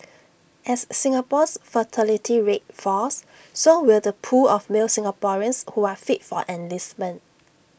as Singapore's fertility rate falls so will the pool of male Singaporeans who are fit for enlistment